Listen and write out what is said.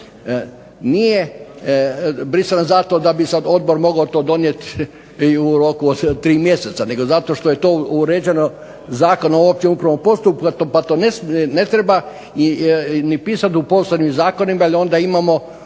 Nije brisana zato da bi sad odbor mogao to donijeti i u roku od 3 mjeseca, nego zato što je to uređeno Zakonom o općem upravnom postupku, pa to ne treba ni pisati u posebnim zakonima, jer onda imamo